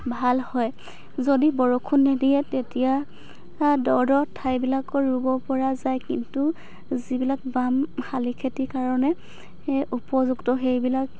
ভাল হয় যদি বৰষুণ নিদিয়ে তেতিয়া দ' দ' ঠাইবিলাকত ৰুব পৰা যায় কিন্তু যিবিলাক বাম শালি খেতিৰ কাৰণে হে উপযুক্ত সেইবিলাক